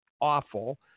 awful